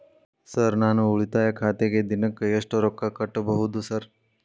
Sir ನಾನು ಉಳಿತಾಯ ಖಾತೆಗೆ ದಿನಕ್ಕ ಎಷ್ಟು ರೊಕ್ಕಾ ಕಟ್ಟುಬಹುದು ಸರ್?